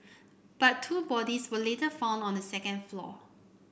but two bodies were later found on the second floor